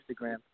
Instagram